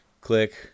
click